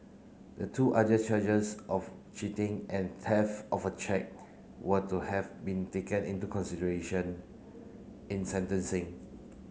the two other charges of cheating and theft of a cheque were to have been taken into consideration in sentencing